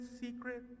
secret